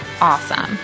awesome